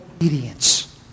Obedience